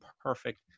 perfect